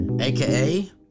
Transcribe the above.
AKA